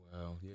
Wow